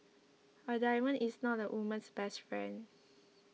a diamond is not a woman's best friend